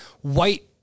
white